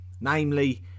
Namely